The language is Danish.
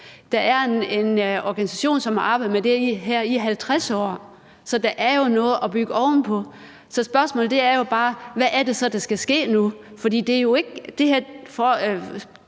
der er en organisation, som har arbejdet med det her i 50 år, så der er jo noget at bygge videre på. Spørgsmålet er så bare, hvad det er, der skal ske nu, for det her oplæg er jo